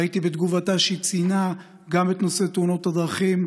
ראיתי בתגובתה שהיא ציינה גם את נושא תאונות הדרכים,